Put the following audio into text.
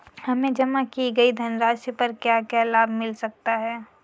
हमें जमा की गई धनराशि पर क्या क्या लाभ मिल सकता है?